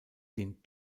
den